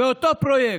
באותו פרויקט,